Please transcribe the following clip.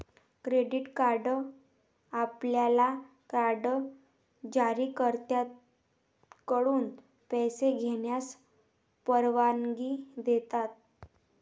credit card आपल्याला card जारीकर्त्याकडून पैसे घेण्यास परवानगी देतात